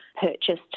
purchased